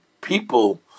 people